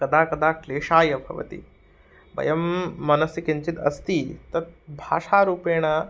कदा कदा क्लेशाय भवति वयं मनसि किञ्चित् अस्ति तत् भाषारूपेण